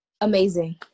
Amazing